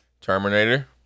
terminator